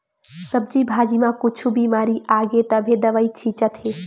सब्जी भाजी म कुछु बिमारी आगे तभे दवई छितत हे